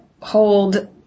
hold